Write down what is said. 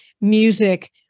music